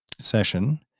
session